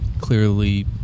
clearly